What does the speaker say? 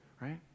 right